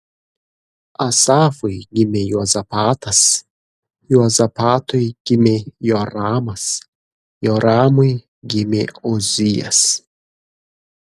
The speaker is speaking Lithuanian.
asafui gimė juozapatas juozapatui gimė joramas joramui gimė ozijas